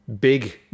big